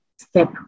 step